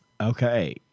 Okay